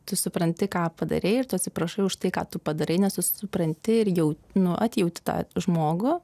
tu supranti ką padarei ir tu atsiprašai už tai ką tu padarei nes tu supranti ir jau nu atjauti tą žmogų